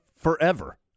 forever